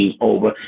over